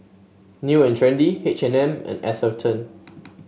New And Trendy H and M and Atherton